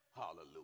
Hallelujah